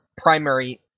primary